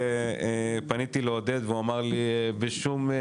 פניתי לעודד והוא עזר לי בשמחה